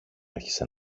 άρχισε